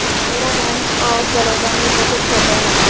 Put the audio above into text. मेरा bank of Baroda में बचत खाता है